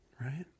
Right